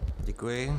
Děkuji.